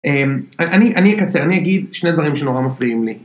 אני אקצר, אני אגיד שני דברים שנורא מפריעים לי.